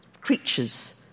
creatures